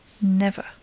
Never